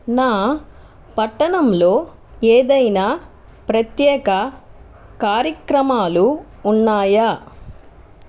నా పట్టణంలో ఏదైనా ప్రత్యేక కార్యక్రమాలు ఉన్నాయా